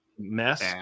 mess